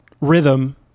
rhythm